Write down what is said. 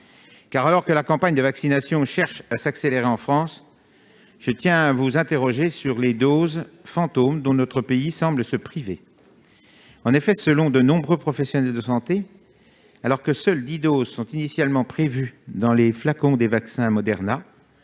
accélérer la campagne de vaccination en France, je tiens à vous interroger sur les doses fantômes dont notre pays semble se priver. En effet, selon de nombreux professionnels de santé, alors que seules dix doses sont initialement prévues dans les flacons des vaccins Moderna,